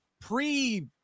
pre